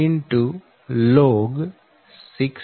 log6